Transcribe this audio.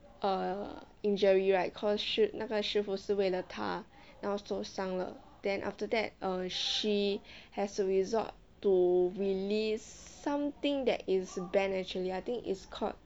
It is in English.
err injury right cause sh~ 那个师父是为了她然后受伤了 then after that err she has a resort to release something that is banned actually I think is called